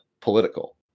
political